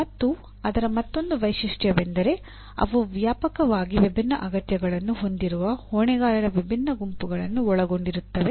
ಮತ್ತು ಅದರ ಮತ್ತೊಂದು ವೈಶಿಷ್ಟ್ಯವೆಂದರೆ ಅವು ವ್ಯಾಪಕವಾಗಿ ವಿಭಿನ್ನ ಅಗತ್ಯಗಳನ್ನು ಹೊಂದಿರುವ ಹೊಣೆಗಾರರ ವಿಭಿನ್ನ ಗುಂಪುಗಳನ್ನು ಒಳಗೊಂಡಿರುತ್ತವೆ